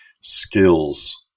skills